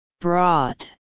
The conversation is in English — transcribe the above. brought